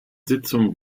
sitzung